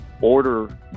order